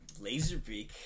Laserbeak